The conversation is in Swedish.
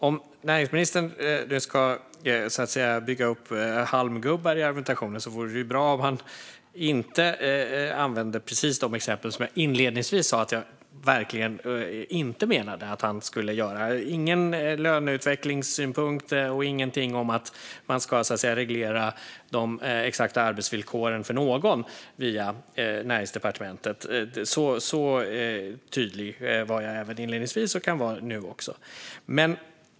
Om näringsministern ska bygga upp halmgubbar i argumentationen vore det bra om han inte använde precis de exempel som jag inledningsvis sa att han verkligen inte skulle använda; ingen löneutvecklingssynpunkt och inget om att reglera de exakta arbetsvillkoren för någon via Näringsdepartementet. Så tydlig var jag inledningsvis, och så tydlig är jag nu.